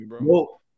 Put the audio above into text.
no